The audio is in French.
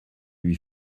lui